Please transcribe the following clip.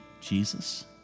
Jesus